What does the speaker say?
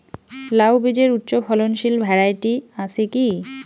লাউ বীজের উচ্চ ফলনশীল ভ্যারাইটি আছে কী?